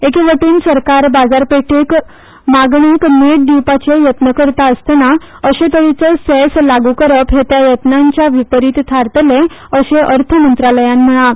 एके वटेन सरकार बाजारपेठेत मागणेक नेट दिवपाचे यत्न करता आसतना अशे तरेचो सॅस लागू करप हे त्या यत्नांच्या विपरीत थारतले अशे अर्थ मंत्रालयान म्हळा